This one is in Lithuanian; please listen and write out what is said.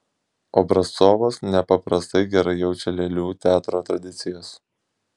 obrazcovas nepaprastai gerai jaučia lėlių teatro tradicijas